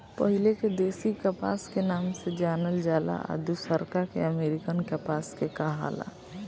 पहिले के देशी कपास के नाम से जानल जाला आ दुसरका के अमेरिकन कपास के कहाला